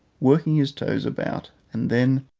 worked his toes about, and then,